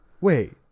Wait